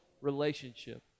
relationship